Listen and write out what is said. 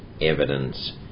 evidence